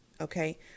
Okay